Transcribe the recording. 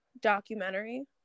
documentary